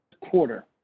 quarter